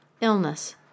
illness